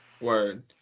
Word